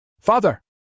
Father